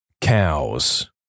Cows